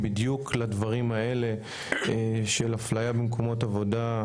בדיוק לדברים האלה של אפליה במקומות עבודה,